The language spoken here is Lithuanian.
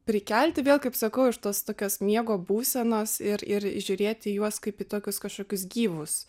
prikelti vėl kaip sakau iš tos tokios miego būsenos ir ir žiūrėti į juos kaip į tokius kažkokius gyvus